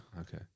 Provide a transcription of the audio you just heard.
Okay